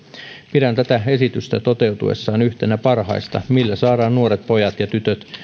pidän tätä esitystä toteutuessaan yhtenä parhaista millä saadaan nuoret pojat ja tytöt